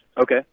Okay